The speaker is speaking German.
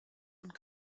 und